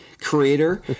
creator